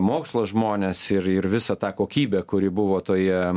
mokslo žmones ir ir visą tą kokybę kuri buvo toje